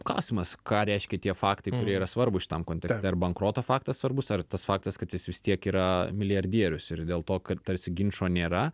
klausimas ką reiškia tie faktai kurie yra svarbūs šitam kontekste ar bankroto faktas svarbus ar tas faktas kad jis vis tiek yra milijardierius ir dėl to kad tarsi ginčo nėra